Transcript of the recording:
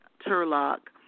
Turlock